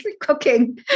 cooking